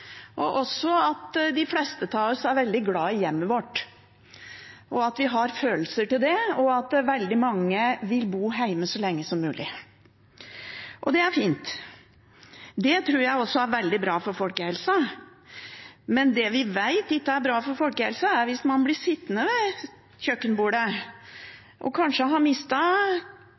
at de fleste av oss er veldig glad i hjemmet vårt, at vi har følelser knyttet til det, og at veldig mange vil bo hjemme så lenge som mulig. Det er fint. Det tror jeg også er veldig bra for folkehelsen. Men det vi vet ikke er bra for folkehelsen, er hvis man blir sittende ved kjøkkenbordet. Kanskje har